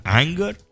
anger